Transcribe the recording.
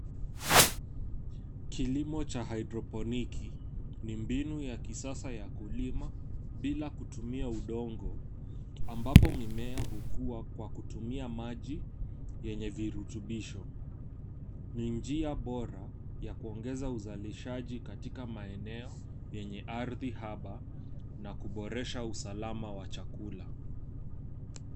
Kilimo cha (cs)hydroponiki(cs) ni mbinu ya kisasa ya kulima bila kutumia udongo, ambapo mimea hukua kwa kutumia maji yenye virutubisho. Ni njia bora ya kuongeza uzalishaji katika maeneo yenye ardhi haba na kuboresha usalama wa chakula.